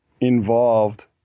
involved